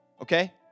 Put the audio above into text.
okay